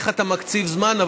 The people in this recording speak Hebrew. איך אתה מקציב זמן,